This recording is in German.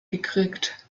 gekriegt